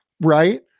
Right